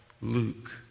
Luke